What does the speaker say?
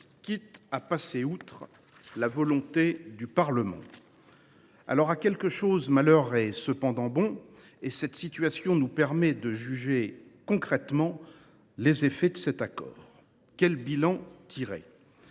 quitte à passer outre la volonté du Parlement. À quelque chose malheur est bon : cette situation nous permet de juger concrètement des effets du Ceta. Quel bilan pouvons